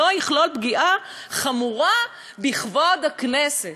לא יכלול פגיעה חמורה בכבוד הכנסת,